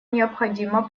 необходимо